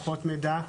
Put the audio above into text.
פחות מידע,